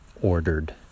ordered